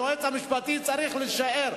היועץ המשפטי צריך להישאר,